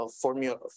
formula